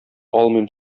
алмыйм